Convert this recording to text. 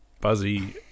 buzzy